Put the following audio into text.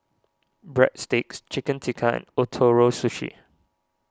Breadsticks Chicken Tikka and Ootoro Sushi